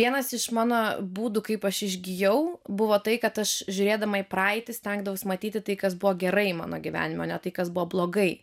vienas iš mano būdų kaip aš išgijau buvo tai kad aš žiūrėdama į praeitį stengdavaus matyti tai kas buvo gerai mano gyvenime o ne tai kas buvo blogai